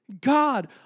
God